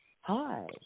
Hi